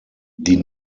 die